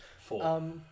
four